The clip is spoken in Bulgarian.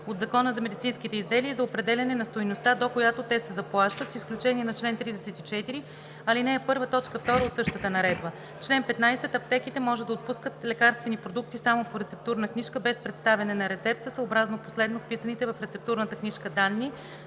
от Закона за медицинските изделия и за определяне на стойността, до която те се заплащат, с изключение на чл. 34, ал. 1, т. 2 от същата наредба. Чл. 15. Аптеките може да отпускат лекарствени продукти само по рецептурна книжка, без представяне на рецепта съобразно последно вписаните в рецептурната книжка данни